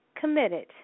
committed